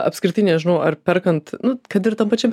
apskritai nežinau ar perkant nu kad ir tam pačiam